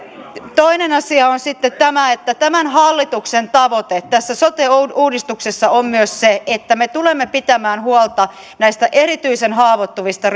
toinen asia on sitten tämä että tämän hallituksen tavoite tässä sote uudistuksessa on myös se että me tulemme pitämään huolta näistä erityisen haavoittuvista